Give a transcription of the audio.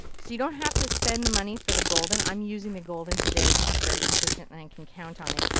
so you don't have to spend the money for the golden. i'm using the golden today cause it's very consistent and i and can count on it.